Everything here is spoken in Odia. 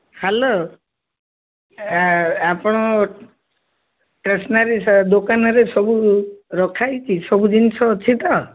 ହ୍ୟାଲୋ ଆପଣ ଷ୍ଟେସ୍ନାରୀ ଦୋକାନରେ ସବୁ ରଖାହୋଇଛି ସବୁ ଜିନିଷ ଅଛି ତ